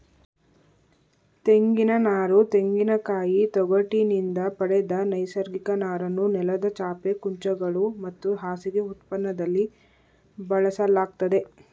ತೆಂಗಿನನಾರು ತೆಂಗಿನಕಾಯಿ ತೊಗಟಿನಿಂದ ಪಡೆದ ನೈಸರ್ಗಿಕ ನಾರನ್ನು ನೆಲದ ಚಾಪೆ ಕುಂಚಗಳು ಮತ್ತು ಹಾಸಿಗೆ ಉತ್ಪನ್ನದಲ್ಲಿ ಬಳಸಲಾಗ್ತದೆ